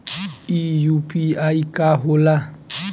ई यू.पी.आई का होला?